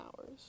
hours